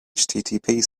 http